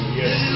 yes